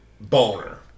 boner